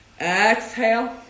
Exhale